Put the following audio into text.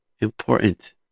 important